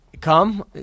Come